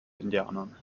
indianern